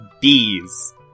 Bees